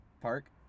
park